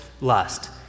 lust